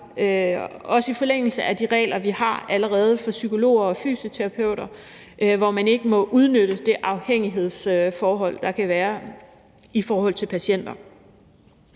også i forlængelse af de regler, vi allerede har for psykologer og fysioterapeuter, hvor man ikke må udnytte det afhængighedsforhold, der kan være mellem dem og patienter.